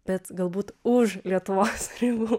bet galbūt už lietuvos ribų